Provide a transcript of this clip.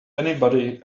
anybody